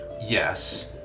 yes